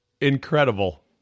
incredible